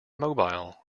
mobile